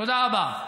תודה רבה.